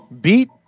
beat